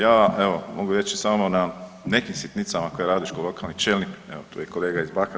Ja evo mogu reći samo na nekim sitnicama koje radiš kao lokalni čelnik, evo tu je i kolega iz Bakra.